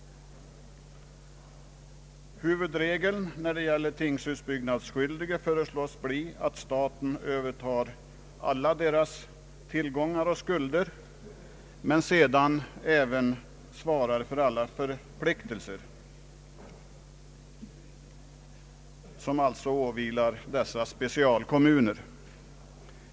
Huvudregeln när det gäller tingshusbyggnadsskyldige föreslås bli att staten övertar alla deras tillgångar och skulder men sedan även svarar för alla förpliktelser som åvilar dessa specialkommuner.